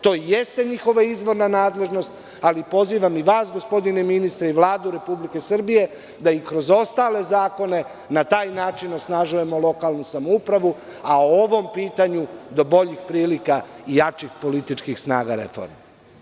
To jeste njihova izvorna nadležnost, ali pozivam i vas gospodine ministre i Vladu Republike Srbije da i kroz ostale zakone na taj način osnažujemo lokalnu samoupravu, a o ovom pitanju da boljih prilika i jačih političkih snaga reforme.